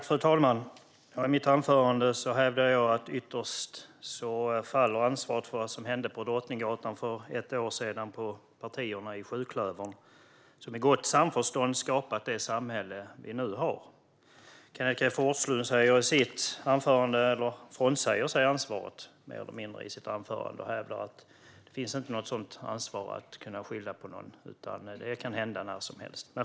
Fru talman! I mitt anförande hävdade jag att ansvaret för vad som hände på Drottninggatan för ett år sedan ytterst faller på partierna i sjuklövern, som i gott samförstånd skapat det samhälle vi nu har. I sitt anförande frånsäger sig Kenneth G Forslund mer eller mindre ansvaret och hävdar att man inte kan skylla på någon, utan det kan hända när som helst.